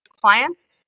clients